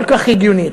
כל כך הגיונית,